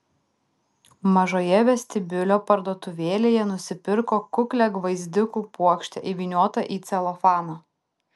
mažoje vestibiulio parduotuvėlėje nusipirko kuklią gvazdikų puokštę įvyniotą į celofaną